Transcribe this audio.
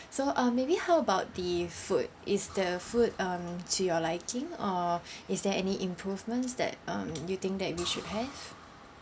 so um maybe how about the food is the food um to your liking or is there any improvements that um you think that we should have